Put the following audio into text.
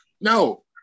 no